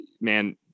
man